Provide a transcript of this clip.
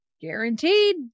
Guaranteed